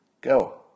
Go